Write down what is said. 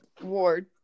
Ward